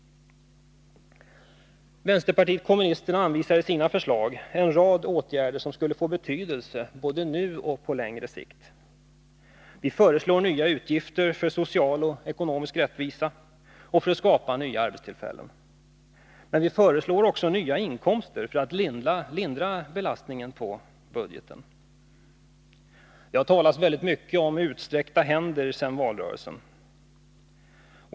Vänsterpartiet kommunisterna anvisar förslag till en rad åtgärder som skulle få betydelse både nu och på längre sikt. Vi föreslår nya utgifter som syftar till social och ekonomisk rättvisa och till att skapa nya arbetstillfällen. Men vi föreslår också nya inkomster för att lindra belastningen på budgeten. Det har talats väldigt mycket om utsträckta händer alltsedan valrörelsen.